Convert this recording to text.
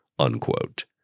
unquote